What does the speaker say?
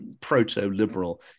proto-liberal